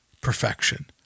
perfection